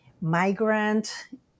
migrant